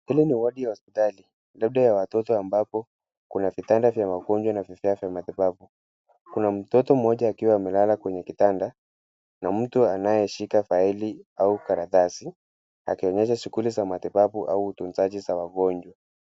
Hili ni wadi ya hospitali. Labda ya watoto ambapo, kuna vitanda vya wagonjwa na vifaa vya matibabu. Kuna mtoto m.oja akiwa amelala kwenye kitanda na mtu anaye shika faili au karatasi akionyesha shuguli za matibabu au tunzaji za wagonjwa.